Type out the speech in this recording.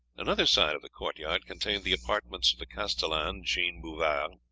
another side of the court-yard contained the apartments of the castellan, jean bouvard,